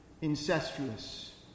incestuous